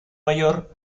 mayor